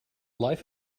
life